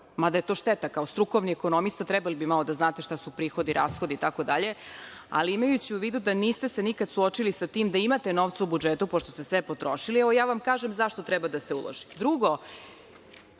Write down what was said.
mada je to šteta, kao strukovni ekonomista trebali bi malo da znate šta su prihodi, rashodi, itd, ali imajući u vidu da se niste nikad suočili sa tim da imate novca u budžetu, pošto ste sve potrošili, evo, ja vam kažem zašto treba da se uloži. Drugo,